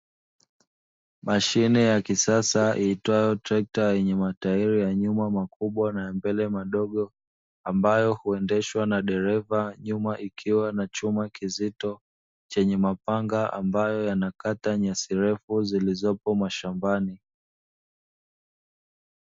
Mashine ya kisasa iitwayo trekta yenye matairi makubwa ya nyuma na ya mbele madogo ambayo huendeshwa na dereva nyuma ikiwa na chuma kizito chenye mapanga ambayo yanakata nyasi ndefu zilizopo mashambani.